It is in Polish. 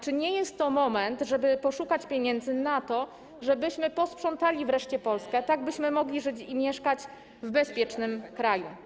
Czy nie jest to właściwy moment, żeby poszukać pieniędzy na to, żebyśmy posprzątali wreszcie Polskę, tak byśmy mogli żyć i mieszkać w bezpiecznym kraju?